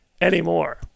anymore